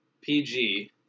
PG